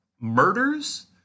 Murders